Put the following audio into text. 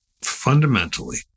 fundamentally